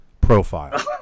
profile